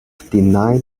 denied